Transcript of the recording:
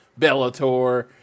Bellator